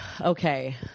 okay